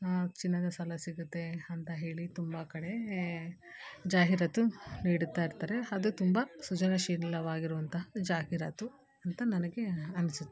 ಚಿನ್ನದ ಸಾಲ ಸಿಗುತ್ತೆ ಅಂತ ಹೇಳಿ ತುಂಬ ಕಡೆ ಜಾಹೀರಾತು ನೀಡುತ್ತಾಯಿರ್ತರೆ ಅದು ತುಂಬ ಸೃಜನಶೀಲವಾಗಿರುವಂತಹ ಜಾಹೀರಾತು ಅಂತ ನನಗೆ ಅನಿಸುತ್ತೆ